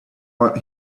about